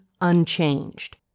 unchanged